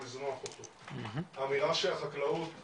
אני חושב שהכנסת בישראל,